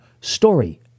story